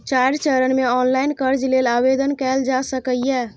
चारि चरण मे ऑनलाइन कर्ज लेल आवेदन कैल जा सकैए